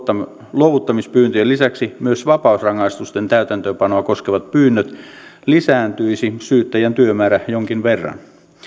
luovuttamispyyntöjen lisäksi myös vapausrangaistusten täytäntöönpanoa koskevat pyynnöt lisääntyisi syyttäjän työmäärä jonkin verran